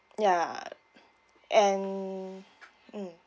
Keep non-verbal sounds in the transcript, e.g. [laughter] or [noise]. ya [noise] and mm